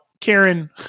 Karen